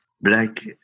black